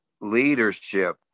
leadership